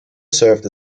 served